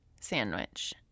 sandwich